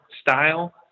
style